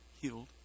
healed